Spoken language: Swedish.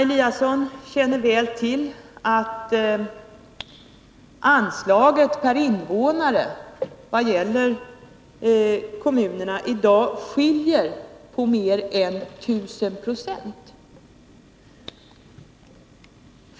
Hon känner väl till att anslaget per invånare när det gäller kommunerna i dag varierar med mer än 1 000 96.